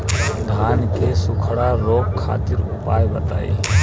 धान के सुखड़ा रोग खातिर उपाय बताई?